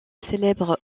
célèbre